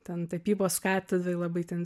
ten tapybos katedroj labai ten